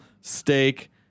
steak